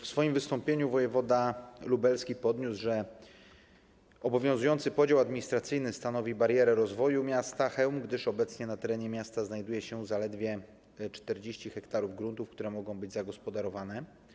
W swoim wystąpieniu wojewoda lubelski podniósł, że obowiązujący podział administracyjny stanowi barierę rozwoju miasta Chełm, gdyż obecnie na terenie miasta znajduje się zaledwie 40 ha gruntów, które mogą być zagospodarowane.